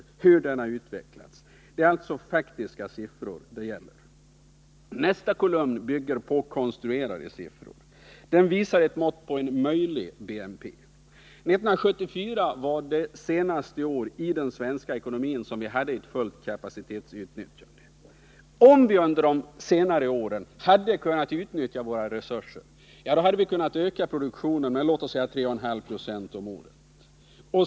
Detta är faktiska siffror och visar alltså hur mycket vi totalt producerat i landet varje år sedan 1974. Nästa kolumn i tabellen bygger på konstruerade siffror. Den visar ett mått på möjlig BNP. 1974 var det senaste år då vi hade fullt kapacitetsutnyttjande i den svenska ekonomin. Om vi också under de följande åren hade kunnat nyttja våra resurser någorlunda fullt ut hade vi kunnat växa med 3,5 70 om året.